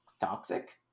toxic